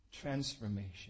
transformation